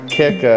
kick